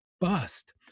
bust